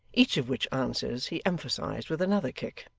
each of which answers, he emphasised with another kick.